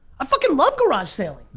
i fucking love garage saling.